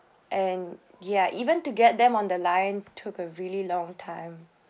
and ya even to get them on the line took them a really long time